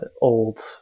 old